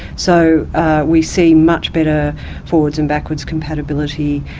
so we see much better forwards and backwards compatibility.